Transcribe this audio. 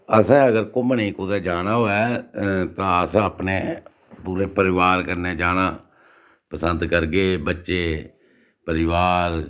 असें अगर घूमने गी कुदै जाना होऐ तां अस अपने पूरे परिवार कन्नै जाना पसंद करगे बच्चे परिवार